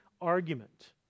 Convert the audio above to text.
argument